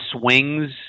swings